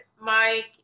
mike